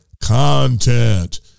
content